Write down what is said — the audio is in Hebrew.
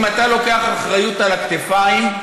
אם אתה לוקח אחריות על הכתפיים,